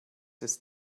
ist